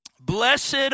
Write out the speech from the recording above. blessed